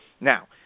Now